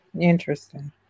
Interesting